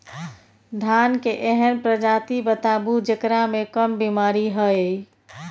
धान के एहन प्रजाति बताबू जेकरा मे कम बीमारी हैय?